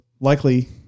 likely